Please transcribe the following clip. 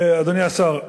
אדוני השר,